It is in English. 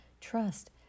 Trust